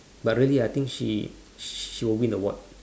but really ah I think she she will win award